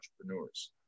entrepreneurs